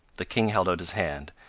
the king held out his hand,